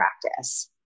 practice